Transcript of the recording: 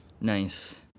nice